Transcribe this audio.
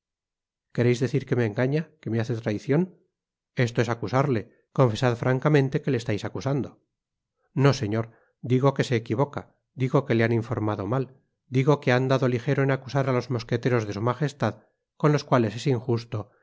quereis decir que me engaña que me hace traicion esto es acusarle confesad francamente que le estais acusando no señor digo que se equivoca digo que le han informado mal digo que ha andado ligero en acusar á los mosqueteros de su magestad con los cuales es injusto